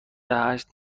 هشت